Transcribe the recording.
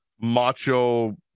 macho